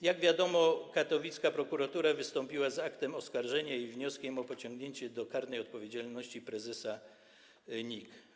Jak wiadomo, katowicka prokuratura wystąpiła z aktem oskarżenia i wnioskiem o pociągnięcie do odpowiedzialności karnej prezesa NIK.